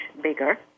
bigger